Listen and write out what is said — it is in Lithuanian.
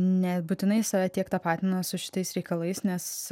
nebūtinai save tiek tapatina su šitais reikalais nes